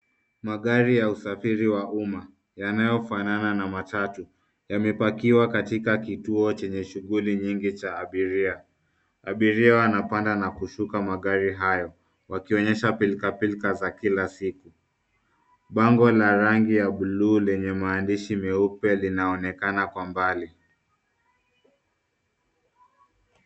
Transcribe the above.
Magari ya usafiri wa umma, yanayofanana na matatu, yamepakiwa, katika kituo chenye shughuli nyingi cha abiria. Abiria wanapanda na kushuka magari hayo, wakionyesha pilkapilka za kila siku. Bango la rangi ya bluu lenye maandishi meupe linaonekana kwa mbali.